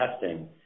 testing